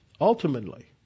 Ultimately